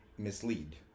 mislead